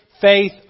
faith